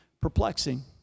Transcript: perplexing